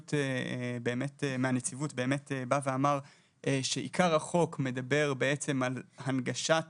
מהנציבות אמר שעיקר החוק מדבר על הנגשת